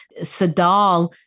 Sadal